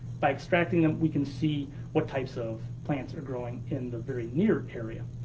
by extracting them, we can see what types of plants are growing in the very near area.